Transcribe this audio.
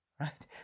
right